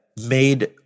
made